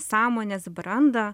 sąmonės brandą